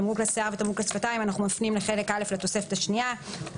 "תמרוק לשיער" ו-"תמרוק לשפתיים" כהגדרתם בחלק א' לתוספת השנייה,